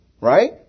right